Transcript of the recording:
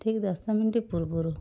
ଠିକ୍ ଦଶ ମିନିଟ୍ ପୂର୍ବରୁ